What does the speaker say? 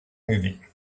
movie